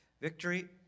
Victory